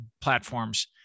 platforms